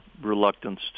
reluctance